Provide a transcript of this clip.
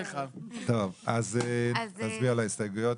נצביע על ההסתייגויות.